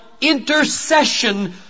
intercession